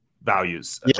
Values